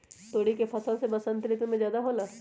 तोरी के फसल का बसंत ऋतु में ज्यादा होला?